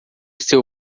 seu